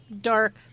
dark